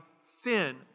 sin